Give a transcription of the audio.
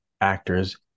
actors